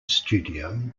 studio